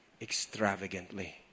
extravagantly